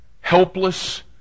helpless